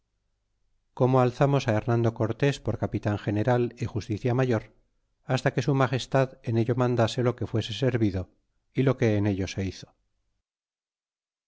como alzamos á hernando cortés pl capitan general y justicia mayor basta que su magestad en ello mandase lo que fuese servido y lo que en ello se hizo